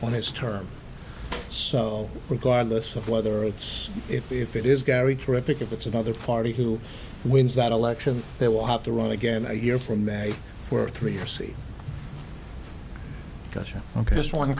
when his term so regardless of whether it's if it is gary terrific if it's another party who wins that election they will have to run again i hear from men who are three or c gotcha ok just want to